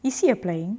is he applying